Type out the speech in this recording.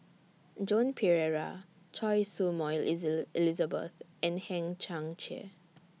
Joan Pereira Choy Su Moi Elizabeth and Hang Chang Chieh